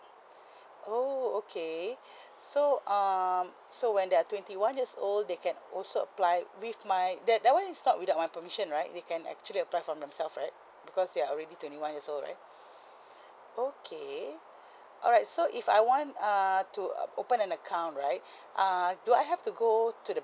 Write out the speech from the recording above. oh okay so um so when they're twenty one years old they can also apply with my that that one is not without my permission right you can actually apply for themselves right because they're already twenty one years old right okay alright so if I want err to uh open an account right err do I have to go to the